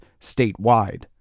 statewide